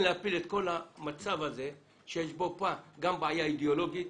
להפיל את כל המצב הזה שיש בו גם בעיה אידיאולוגית,